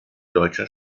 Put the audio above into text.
deutscher